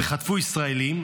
ואז שאלה אימו של יונתן,